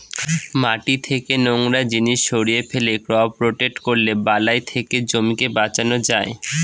মাটি থেকে নোংরা জিনিস সরিয়ে ফেলে, ক্রপ রোটেট করলে বালাই থেকে জমিকে বাঁচানো যায়